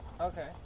Okay